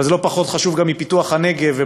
אבל זה לא פחות חשוב מפיתוח הנגב.